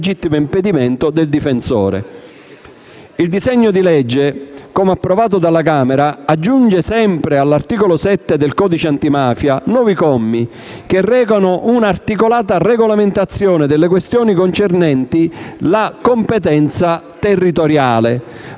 Il disegno di legge, nel testo approvato dalla Camera, aggiunge, sempre all'articolo 7 del codice antimafia, nuovi commi che recano un'articolata regolamentazione delle questioni concernenti la competenza territoriale,